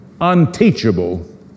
unteachable